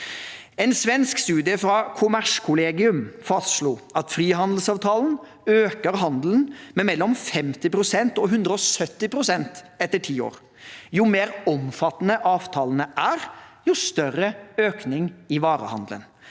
En svensk studie fra Kommerskollegium fastslo at frihandelsavtaler øker handelen med mellom 50 pst. og 170 pst. etter ti år. Jo mer omfattende avtalene er, jo større økning i varehandelen.